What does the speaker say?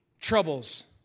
Troubles